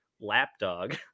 lapdog